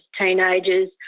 teenagers